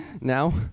now